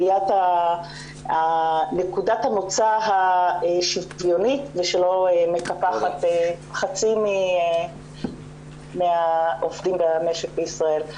נקודת המוצא השוויונית ושלא מקפחת חצי מהעובדים במשק בישראל.